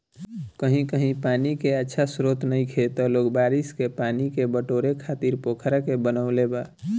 कही कही पानी के अच्छा स्त्रोत नइखे त लोग बारिश के पानी के बटोरे खातिर पोखरा के बनवले बा